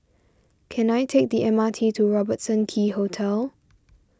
can I take the M R T to Robertson Quay Hotel